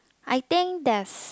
I think that's